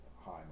hi